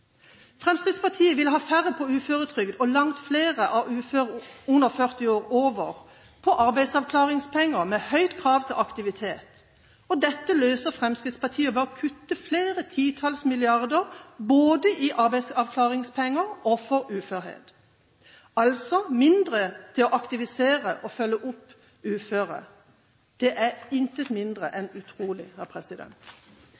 Fremskrittspartiet vil ha færre på uføretrygd og langt flere av uføre under 40 år over på arbeidsavklaringspenger med høyt krav til aktivitet. Dette løser Fremskrittspartiet ved å kutte flere titalls millioner kroner både i arbeidsavklaringspenger og for uførhet – altså mindre til å aktivisere og følge opp uføre. Det er intet mindre